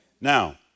Now